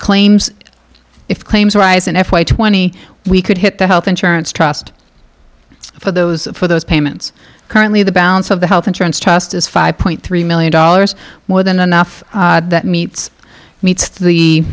claims if claims arise in f y twenty we could hit the health insurance trust for those for those payments currently the balance of the health insurance trust is five point three million dollars more than enough that meets meets the